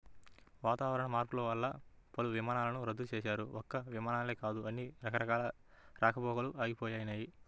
వాతావరణ మార్పులు వల్ల పలు విమానాలను రద్దు చేశారు, ఒక్క విమానాలే కాదు అన్ని రకాల రాకపోకలూ ఆగిపోయినయ్